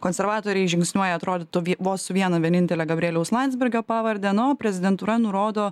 konservatoriai žingsniuoja atrodytų vie vos viena vienintele gabrieliaus landsbergio pavarde na o prezidentūra nurodo